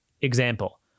example